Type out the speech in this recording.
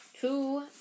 two